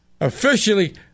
officially